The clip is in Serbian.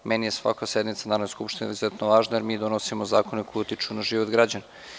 Meni je svaka sednica Narodne skupštine izuzetno važna, jer mi donosimo zakone koji utiču na život građana.